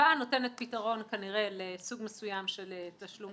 שההקפאה נותנת פתרון, כנראה, לסוג מסוים של תשלום.